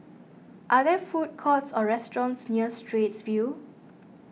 are there food courts or restaurants near Straits View